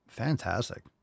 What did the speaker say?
Fantastic